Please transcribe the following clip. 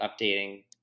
updating